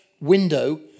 window